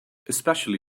especially